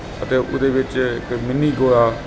ਅਤੇ ਉਹਦੇ ਵਿੱਚ ਇੱਕ ਮਿੰਨੀ ਗੋਆ